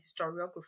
historiography